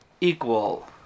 equal